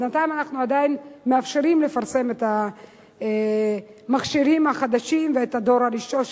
בינתיים אנחנו עדיין מאפשרים לפרסם את המכשירים החדשים ואת הדור הראשון,